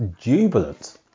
jubilant